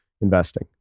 investing